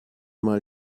mal